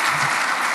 (מחיאות כפיים)